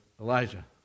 Elijah